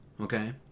Okay